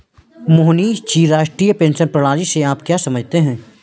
मोहनीश जी, राष्ट्रीय पेंशन प्रणाली से आप क्या समझते है?